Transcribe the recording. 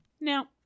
Now